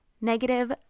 Negative